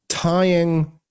Tying